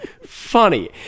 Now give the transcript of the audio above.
funny